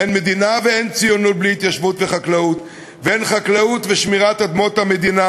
אין מדינה בלי חקלאות ואין חקלאות בלי